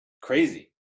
crazy